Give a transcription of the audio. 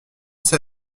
c’est